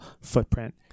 footprint